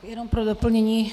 Jenom pro doplnění.